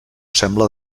sembla